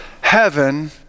heaven